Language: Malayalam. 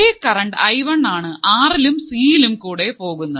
ഒരേ കറണ്ട് ഐ വൺ ആണ് ആർലും സി യിലും കൂടെ പോകുന്നത്